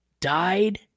died